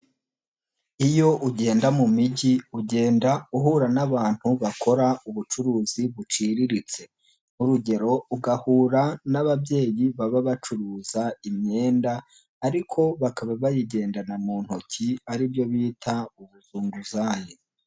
Iyo ugenda mu mijyi ugenda uhura n'abantu bakora ubucuruzi buciriritse, nk'urugero ugahura n'ababyeyi baba bacuruza imyenda ariko bakaba bayigendana mu ntoki ari byo bita ubuzunguzayi.